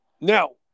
Now